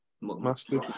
Master